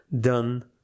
done